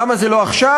למה זה לא עכשיו,